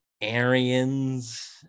arians